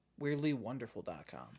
weirdlywonderful.com